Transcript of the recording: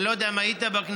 אני לא יודע אם היית בכנסת,